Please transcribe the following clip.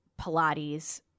Pilates